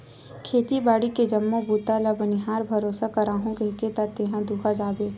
खेती बाड़ी के जम्मो बूता ल बनिहार भरोसा कराहूँ कहिके त तेहा दूहा जाबे